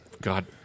God